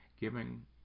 giving